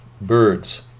birds